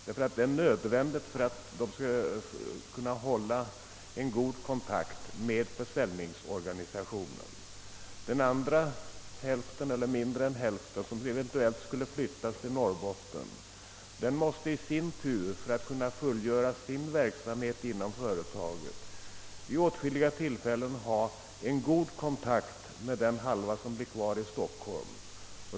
Detta är nämligen nödvändigt för att man skall kunna upprätthålla en god kontakt med försäljningsorganisationen. Den andra delen — kanske något mindre än hälften — som eventuellt skulle flyttas till Norrbotten, måste i sin tur för att kunna fullgöra sin verksamhet inom företaget vid åtskilliga tillfällen ha en god kontakt med den del av personalen, som stannar kvar i Stockholm.